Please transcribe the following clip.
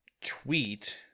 tweet